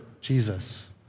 Jesus